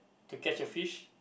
to catch a fish